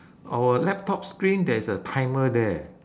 our laptop screen there is a timer there